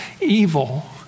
evil